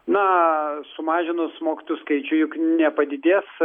na sumažinus mokytojų skaičių juk nepadidės